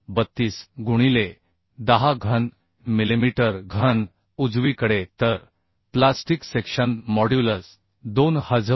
32 गुणिले 10 घन मिलिमीटर घन उजवीकडे तर प्लास्टिक सेक्शन मॉड्युलस 2960